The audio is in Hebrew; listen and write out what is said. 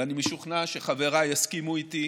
ואני משוכנע שחבריי יסכימו איתי.